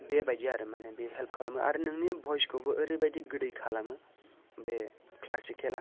बेबायदि आरो माने बे हेल्प खालामो आरो नोंनि भइसखौबो ओरैबायदि गोदै खालामो बे क्लासिकेला